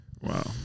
Wow